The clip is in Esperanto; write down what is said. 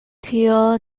tio